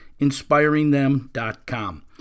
inspiringthem.com